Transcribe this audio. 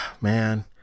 man